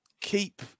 keep